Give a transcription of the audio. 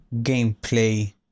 gameplay